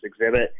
exhibit